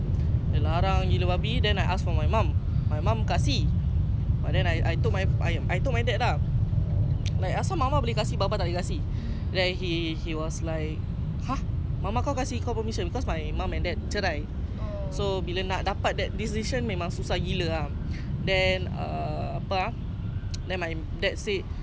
he was like !huh! mama kau kasi kau permission cause my mum and dad cerai so bila nak dapat decision memang susah gila ah then err apa ah then my dad said okay fine kalau kau betul-betul nak ambil lesen kau kuruskan badan kau dulu then I was like you know what okay asalkan dia kasi me that macam only way